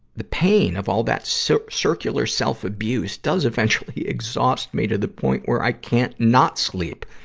the pain of all that so circular self-abuse does eventually exhaust me to the point where i can't not sleep,